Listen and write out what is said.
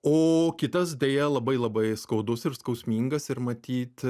o kitas deja labai labai skaudus ir skausmingas ir matyt